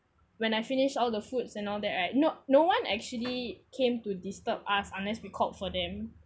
when I finish all the foods and all that right no no one actually came to disturb us unless we called for them